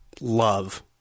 love